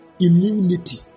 immunity